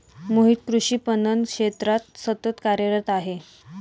मोहित कृषी पणन क्षेत्रात सतत कार्यरत आहे